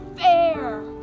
fair